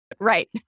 Right